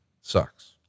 Sucks